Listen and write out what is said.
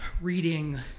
reading